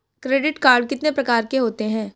Credit card कितने प्रकार के होते हैं?